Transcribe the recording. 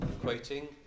quoting